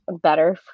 better